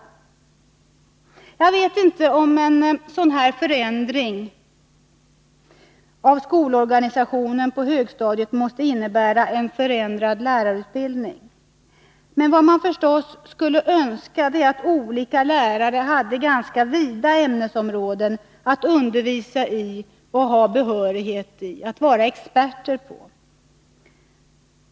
Jag vet inte om en sådan här förändring av skolorganisationen på högstadiet måste innebära en förändrad lärarutbildning. Men vad man skulle önska är naturligtvis att olika lärare hade ganska vida ämnesområden att undervisa i och ha behörighet i — att vara experter på.